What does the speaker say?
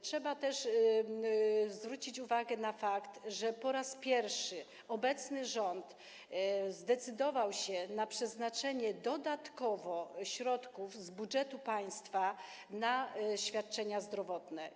Trzeba też zwrócić uwagę na fakt, że po raz pierwszy obecny rząd zdecydował się na przeznaczenie dodatkowo środków z budżetu państwa na świadczenia zdrowotne.